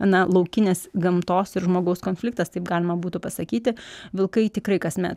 na laukinės gamtos ir žmogaus konfliktas taip galima būtų pasakyti vilkai tikrai kasmet